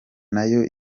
nayo